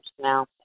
now